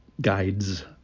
guides